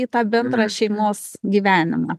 į tą bendrą šeimos gyvenimą